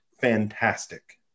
fantastic